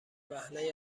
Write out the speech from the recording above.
وهله